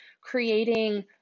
creating